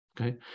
Okay